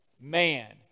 Man